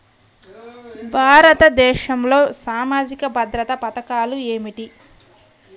భారతదేశంలో సామాజిక భద్రతా పథకాలు ఏమిటీ?